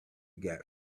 got